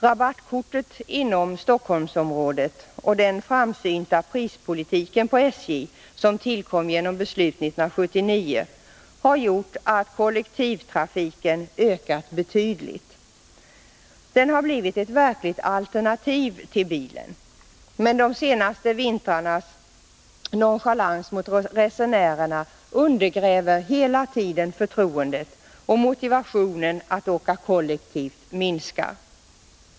Rabattkortet inom Stockholmsområdet och den framsynta prispolitik på SJ som tillkom genom beslut 1979 har gjort att kollektivtrafiken har ökat betydligt. Den har blivit ett verkligt alternativ till bilen. Men de senaste vintrarnas nonchalans mot resenärerna undergräver hela tiden förtroendet, och motivationen för att åka kollektivt minskar.